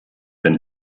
wenn